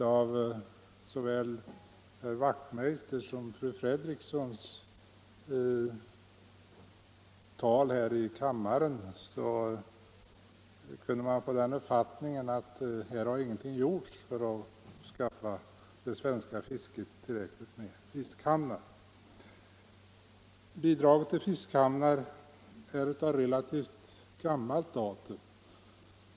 Av såväl herr Wachtmeisters i Johannishus som fru Fredriksons anföranden i kammaren kunde man få uppfattningen att ingenting gjorts för att skaffa fiskehamnar åt det svenska fisket. Bidraget till fiskehamnar är av relativt gammalt datum.